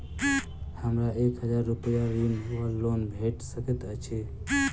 हमरा एक हजार रूपया ऋण वा लोन भेट सकैत अछि?